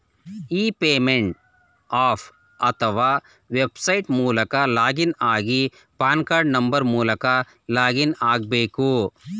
E payment app ಅತ್ವ website ಮೂಲಕ login ಆಗಿ ಪಾನ್ ಕಾರ್ಡ್ ನಂಬರ್ ಮೂಲಕ ಲಾಗಿನ್ ಆಗ್ಬೇಕು